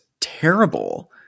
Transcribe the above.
terrible